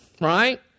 Right